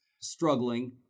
struggling